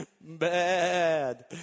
bad